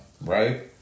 right